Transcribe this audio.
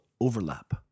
overlap